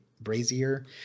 brazier